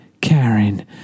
Karen